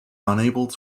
unable